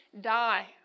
die